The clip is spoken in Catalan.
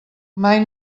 mai